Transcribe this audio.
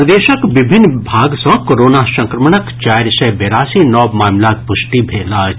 प्रदेशक विभिन्न भाग सँ कोरोना संक्रमणक चारि सय बेरासी नव मामिलाक पुष्टि भेल अछि